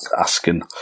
asking